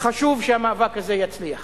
חשוב שהמאבק הזה יצליח.